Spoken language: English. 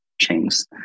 chains